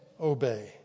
obey